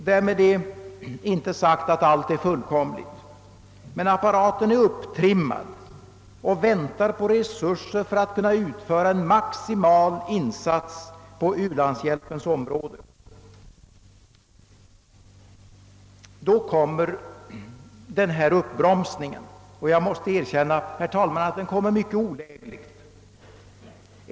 Därmed är inte sagt att allt är fullkomligt, men apparaten är upptrimmad och väntar på resurser för att kunna utföra en maximal insats på u-landshjälpens område. I detta läge görs nu en uppbromsning. Jag måste erkänna, herr talman, att den kommer mycket olägligt.